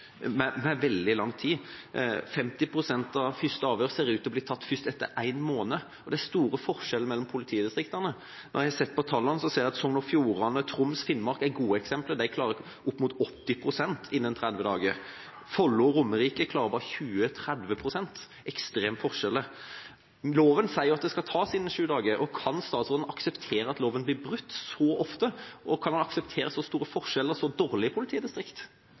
med veldig lang tid. 50 pst av første avhør ser ut til å bli tatt først etter en måned. Og det er store forskjeller mellom politidistriktene. Når jeg har sett på tallene, har jeg sett at Sogn og Fjordane, Troms og Finnmark er gode eksempler. De klarer opp mot 80 pst. innen 30 dager. Follo og Romerike klarer bare 20–30 pst. Så det er ekstreme forskjeller. Loven sier at avhør skal tas innen sju dager. Kan statsråden akseptere at loven blir brutt så ofte, og kan han akseptere så store forskjeller, så dårlige politidistrikt?